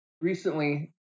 recently